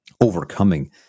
overcoming